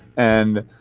and